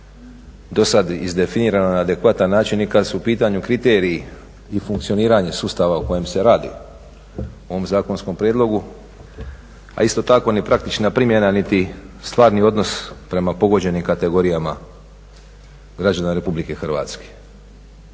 do sada izdefinirana na adekvatan način i kada su u pitanju kriteriji i funkcioniranje sustava u kojem se radi u ovom zakonskom prijedlogu a isto tako ni praktična primjena niti stvarni odnos prema pogođenim kategorijama građana Republike Hrvatske.